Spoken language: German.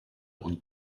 und